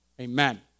Amen